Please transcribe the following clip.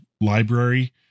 library